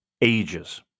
ages